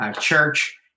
church